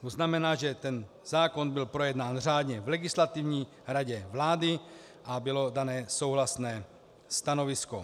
To znamená, že zákon byl projednán řádně v Legislativní radě vlády a bylo dané souhlasné stanovisko.